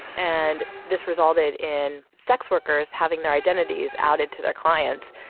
and this resulted in sex workers having their identities outed to their clients.